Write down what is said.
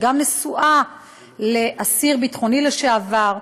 שגם נשואה לאסיר ביטחוני לשעבר.